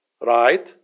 Right